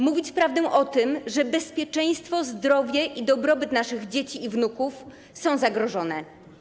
Mówić prawdę o tym, że bezpieczeństwo, zdrowie i dobrobyt naszych dzieci i wnuków są zagrożone.